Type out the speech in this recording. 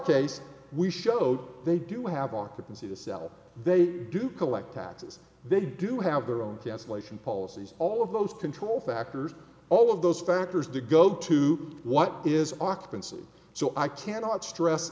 case we showed they do have occupancy to sell they do collect taxes they do have their own cancellation policies all of those control factors all of those factors do go to what is occupancy so i cannot stress